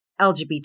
LGBT